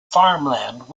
farmland